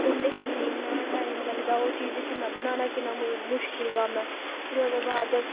गंढे छिल्लने गी इन्ना टाइम लगदा ओह् चीज किन्ना बनाना किन्ना मुश्किल कम्म ऐ फिर ओह्दे बाद